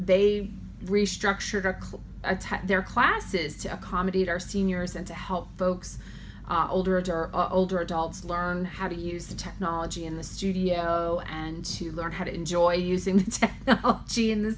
they restructured our club their classes to accommodate our seniors and to help folks older age or older adults learn how to use the technology in the studio and to learn how to enjoy using she in the